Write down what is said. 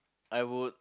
I would